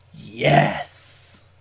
yes